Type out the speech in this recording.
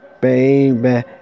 Baby